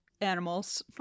animals